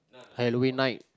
Halloween night